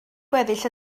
gweddill